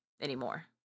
anymore